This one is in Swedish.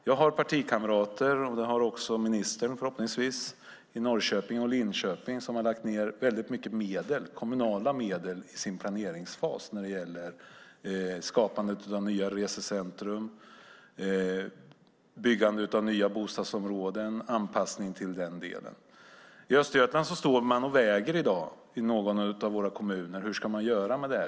Jag har partikamrater, och det har förhoppningsvis också ministern, i Norrköping och Linköping som har lagt ned väldigt mycket kommunala medel i planeringsfasen när det gäller skapandet av nya resecentrum, byggandet av nya bostadsområden och anpassningar till det. I Östergötland står man i dag och väger i kommunerna: Hur ska man göra?